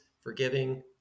forgiving